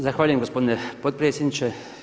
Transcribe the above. Zahvaljujem gospodine potpredsjedniče.